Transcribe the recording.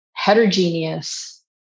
heterogeneous